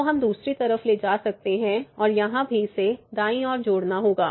तो हम दूसरी तरफ ले जा सकते हैं और यहां भी इसे दाईं ओर जोड़ना होगा